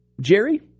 Jerry